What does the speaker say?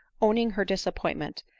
owning her disappointment,